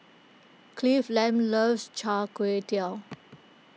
Cleveland loves Char Kway Teow